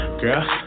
Girl